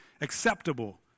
acceptable